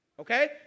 Okay